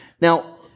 Now